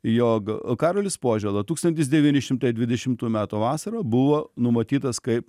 jog karolis požėla tūkstantis devyni šimtai dvidešimtų metų vasarą buvo numatytas kaip